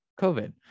COVID